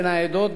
בין העדות,